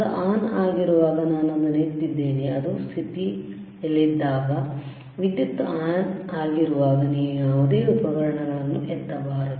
ಅದು ಆನ್ ಆಗಿರುವಾಗ ನಾನು ಅದನ್ನು ಎತ್ತಿದ್ದೇನೆ ಅದು ಸ್ಥಿತಿಯಲ್ಲಿದ್ದಾಗ ವಿದ್ಯುತ್ ಆನ್ ಆಗಿರುವಾಗ ನೀವು ಯಾವುದೇ ಉಪಕರಣವನ್ನು ಎತ್ತಬಾರದು